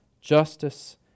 justice